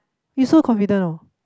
you so confident oh